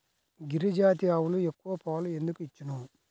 గిరిజాతి ఆవులు ఎక్కువ పాలు ఎందుకు ఇచ్చును?